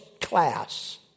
class